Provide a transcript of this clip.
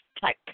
type